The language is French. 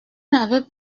n’avez